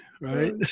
Right